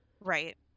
Right